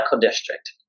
district